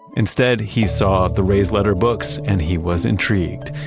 instead, he saw the raised letter books, and he was intrigued.